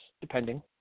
depending